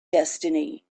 destiny